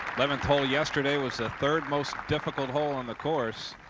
leventhal yesterday was the third most difficult hole on the course.